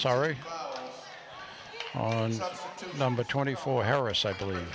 sorry but number twenty four harris i believe